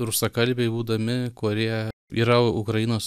rusakalbiai būdami kurie yra ukrainos